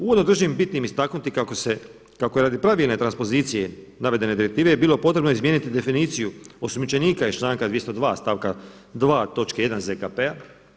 Ujedno držim bitnim istaknuti kako se, kako je radi pravilne transpozicije navedene direktive bilo potrebno izmijeniti definiciju osumnjičenika iz članka 202. stavka 2. točke 1. ZKP-a.